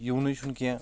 یِونے چھنہ کیٚنٛہہ